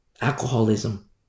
alcoholism